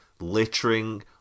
littering